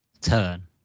turn